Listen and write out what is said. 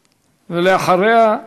ואחריה,